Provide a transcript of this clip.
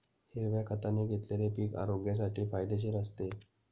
हिरव्या खताने घेतलेले पीक आरोग्यासाठी फायदेशीर असते